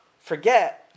forget